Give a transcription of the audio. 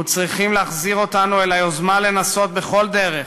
וצריכים להחזיר אותנו אל היוזמה לנסות בכל דרך